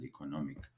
economic